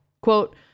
Quote